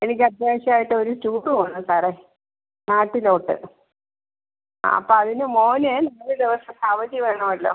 എനിക്ക് അത്യാവശ്യമായിട്ട് ഒരു ടൂറ് പോകണം സാറെ നാട്ടിലോട്ട് അ അപ്പം അതിന് മോന് നാല് ദിവസത്തെ അവധി വേണമല്ലോ